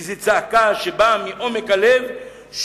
כי זאת צעקה שבאה מעומק הלב,